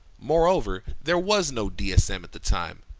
moreover, there was no dsm at the time.